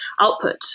output